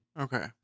Okay